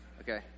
Okay